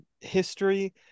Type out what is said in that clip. history